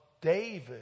David